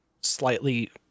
slightly